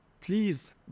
Please